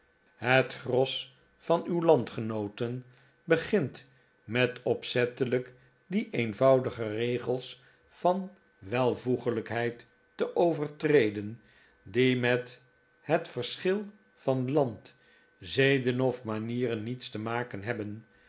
het gros van uw landgenooten begint met opzettelijk die eenvoudige regels van welvoeglijkheid te overtreden die met het verschil van land zeden of manieren niets te maken hebben